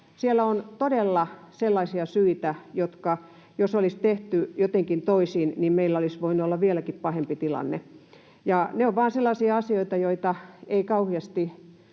Siellä on todella sellaisia syitä, että jos olisi tehty jotenkin toisin, niin meillä olisi voinut olla vieläkin pahempi tilanne. Ja ne vain ovat sellaisia asioita, joista ei kauheasti